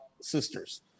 sisters